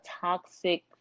toxic